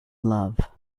love